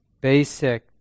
basic